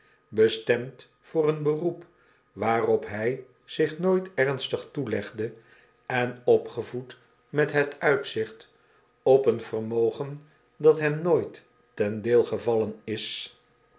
bestemd voor een beroep waarop hij zich nooit ernstig toelegde en opgevoed met het uitzicht op een vermogen dat hem nooit ten deel gevallen is